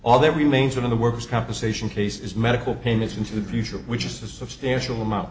all that remains of the workers compensation case is medical payments into the future which is a substantial amount